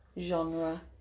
genre